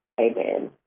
Amen